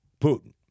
Putin